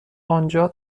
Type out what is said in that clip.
آنجا